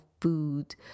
food